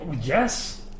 Yes